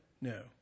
no